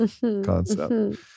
concept